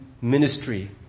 ministry